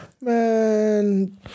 Man